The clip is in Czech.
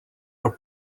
pro